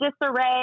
disarray